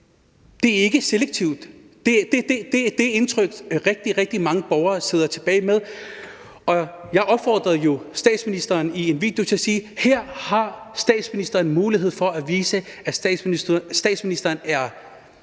Det er ikke selektivt. Det er det indtryk, rigtig, rigtig mange borgere sidder tilbage med. Jeg opfordrede jo statsministeren i en video til at vise, at statsministeren er statsminister for